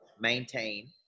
maintain